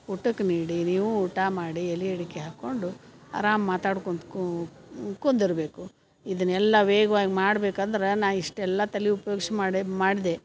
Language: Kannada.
ಊಟಕ್ಕೆ ನೀಡಿ ನೀವು ಊಟ ಮಾಡಿ ಎಲೆ ಅಡಿಕೆ ಹಾಕೊಂಡು ಅರಾಮ್ ಮಾತಾಡ್ಕೊಂತ ಕುಂದುರ್ಬೇಕು ಇದನ್ನೆಲ್ಲ ವೇಗ್ವಾಗಿ ಮಾಡ್ಬೇಕಂದ್ರೆ ನಾ ಇಷ್ಟೆಲ್ಲ ತಲಿ ಉಪ್ಯೋಗಿಸಿ ಮಾಡೇ ಮಾಡ್ದೆ